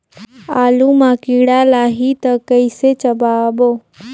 आलू मां कीड़ा लाही ता कइसे बचाबो?